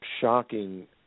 Shocking